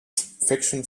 fiction